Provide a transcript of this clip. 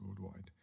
worldwide